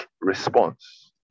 response